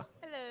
Hello